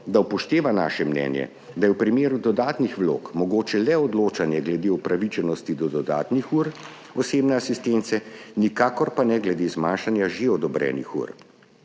da upošteva naše mnenje, da je v primeru dodatnih vlog mogoče le odločanje glede upravičenosti do dodatnih ur osebne asistence, nikakor pa ne glede zmanjšanja že odobrenih ur.